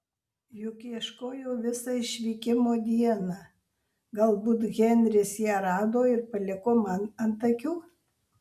juk ieškojau visą išvykimo dieną galbūt henris ją rado ir paliko man ant akių